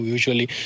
Usually